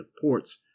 ports